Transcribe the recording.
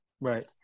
Right